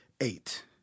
eight